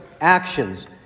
actions